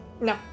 No